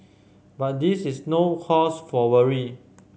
but this is no cause for worry